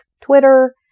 Twitter